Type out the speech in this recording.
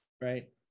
right